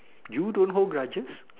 you don't hold grudges